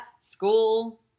school